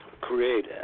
create